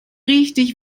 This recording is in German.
richtig